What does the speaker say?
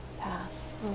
pass